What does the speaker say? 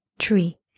tree